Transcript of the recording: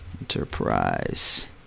enterprise